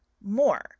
more